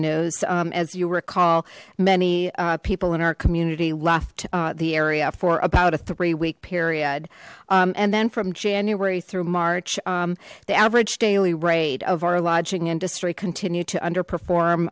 revenues as you recall many people in our community left the area for about a three week period and then from january through march the average daily rate of our lodging industry continued to underperform